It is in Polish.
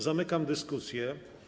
Zamykam dyskusję.